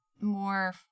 more